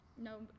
no